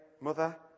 mother